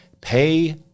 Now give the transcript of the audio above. pay